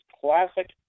classic